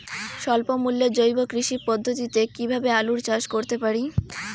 স্বল্প মূল্যে জৈব কৃষি পদ্ধতিতে কীভাবে আলুর চাষ করতে পারি?